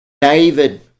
David